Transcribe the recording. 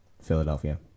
Philadelphia